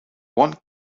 one